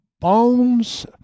bones